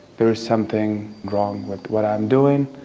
there's something wrong with what i'm doing.